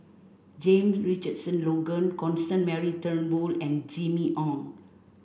Jame Richardson Logan Constance Mary Turnbull and Jimmy Ong